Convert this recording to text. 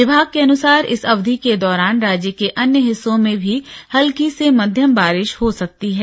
विभाग के अनुसार इस अवधि के दौरान राज्य के अन्य हिस्सों में भी हल्की से मध्यम बारिा हो सकती है